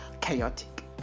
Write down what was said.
chaotic